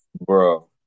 Bro